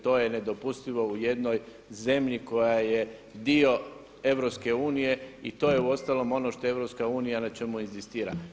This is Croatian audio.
To je nedopustivo u jednoj zemlji koja je dio EU i to uostalom ono što EU na čemu inzistira.